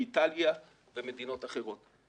איטליה ומדינות אחרות.